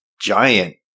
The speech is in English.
giant